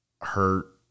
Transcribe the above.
hurt